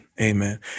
Amen